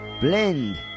Blend